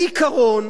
בעיקרון,